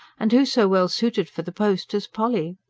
and who so well suited for the post as polly?